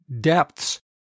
depths